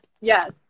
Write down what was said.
Yes